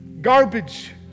garbage